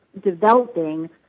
developing